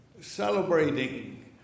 celebrating